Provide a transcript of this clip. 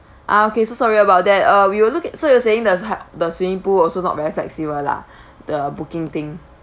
ah okay so sorry about that uh we will look in~ so you're saying that the swimming pool also not very flexible lah the booking thing